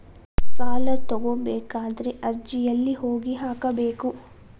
ಸಾಲ ತಗೋಬೇಕಾದ್ರೆ ಅರ್ಜಿ ಎಲ್ಲಿ ಹೋಗಿ ಹಾಕಬೇಕು?